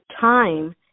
time